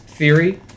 theory